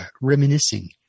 reminiscing